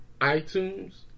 iTunes